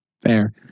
Fair